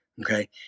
Okay